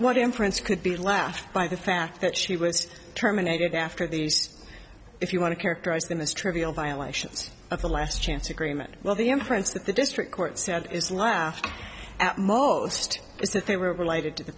what inference could be left by the fact that she was terminated after these if you want to characterize them as trivial violations of the last chance agreement well the inference that the district court said is laughed at most is that they were related to the